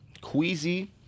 Queasy